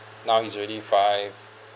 now he's already five